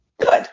Good